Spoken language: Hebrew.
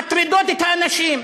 מטרידות את האנשים.